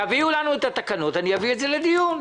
תביאו לנו את התקנות ואביא את זה לדיון,